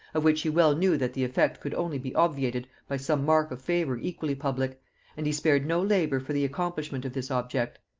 of which he well knew that the effect could only be obviated by some mark of favor equally public and he spared no labor for the accomplishment of this object.